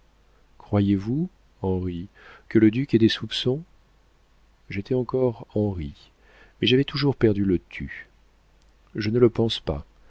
croyez-vous henri que le duc ait des soupçons j'étais encore henri mais j'avais toujours perdu le tu je ne le pense pas